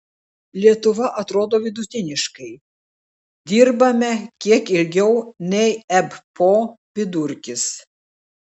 lietuva atrodo vidutiniškai dirbame kiek ilgiau nei ebpo vidurkis